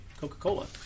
Coca-Cola